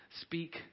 speak